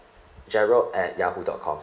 gerald at yahoo dot com